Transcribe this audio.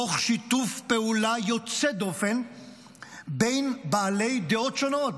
תוך שיתוף פעולה יוצא דופן בין בעלי דעות שונות,